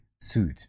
suit